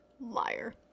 Liar